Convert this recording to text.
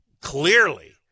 clearly